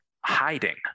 hiding